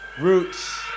roots